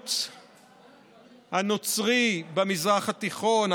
המיעוט הנוצרי במזרח התיכון,